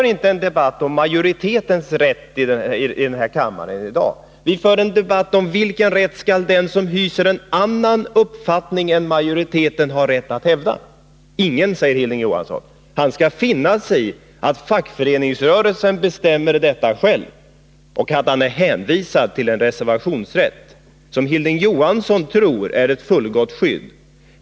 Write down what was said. Debatten gäller vilken rätt den skall ha som hyser en annan uppfattning än den majoriteten hävdar. Ingen, säger Hilding Johansson. Vederbörande skall finna sig i att fackföreningsrörelsen själv bestämmer detta. Han eller hon är hänvisad till en reservationsrätt, som Hilding Johansson tror är ett fullgott skydd.